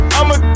I'ma